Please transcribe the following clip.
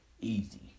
Easy